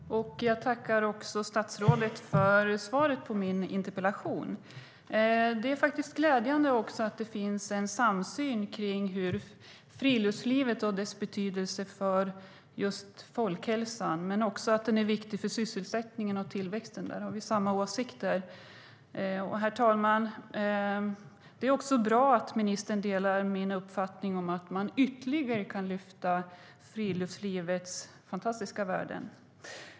Herr talman! Jag tackar statsrådet för svaret på min interpellation. Det är glädjande att det finns en samsyn kring friluftslivet och dess betydelse för just folkhälsan. Det är också viktigt för sysselsättningen och tillväxten. Där har vi samma åsikter. Herr talman! Det är bra att ministern delar min uppfattning att man ytterligare kan lyfta fram friluftslivets fantastiska värden.